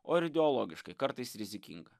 o ir ideologiškai kartais rizikinga